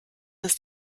ist